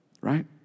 right